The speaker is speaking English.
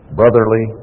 brotherly